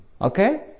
Okay